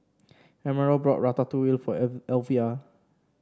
Emerald bought Ratatouille for Elvia